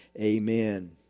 Amen